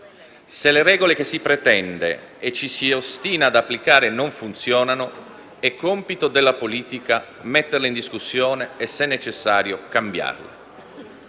Se le regole che si pretende e ci si ostina ad applicare non funzionano, è compito della politica metterle in discussione e, se necessario, cambiarle.